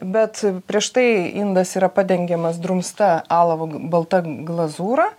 bet prieš tai indas yra padengiamas drumsta alavo balta glazūra